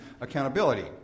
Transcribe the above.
accountability